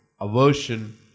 aversion